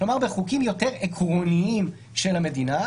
כלומר בחוקים יותר עקרוניים של המדינה,